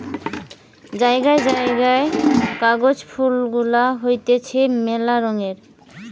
জায়গায় জায়গায় কাগজ ফুল গুলা হতিছে মেলা রঙের